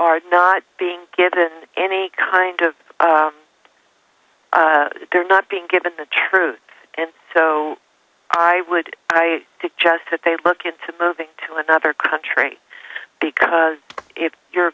are not being given any kind of they're not being given the truth and so i would i suggest that they look into moving to another country because if you